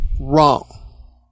wrong